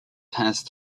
passed